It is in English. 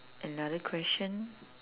another question